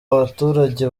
abaturage